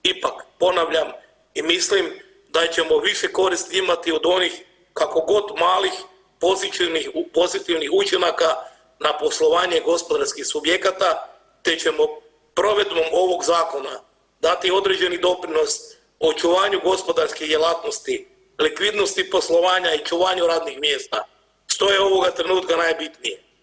Ipak, ponavljam i mislim da ćemo više koristi imati od onih kako god malih …/nerazumljivo/… pozitivnih učinaka na poslovanje gospodarskih subjekata te ćemo provedbom ovog zakona dati određeni doprinos očuvanju gospodarske djelatnosti, likvidnosti poslovanja i očuvanju radnih mjesta što je ovoga trenutka najbitnije.